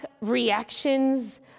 reactions